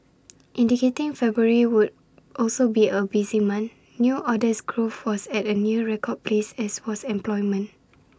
indicating February would also be A busy month new orders growth was at A near record pace as was employment